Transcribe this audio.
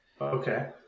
Okay